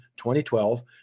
2012